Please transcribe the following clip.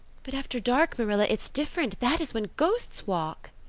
but after dark, marilla, it's different. that is when ghosts walk.